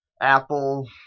Apple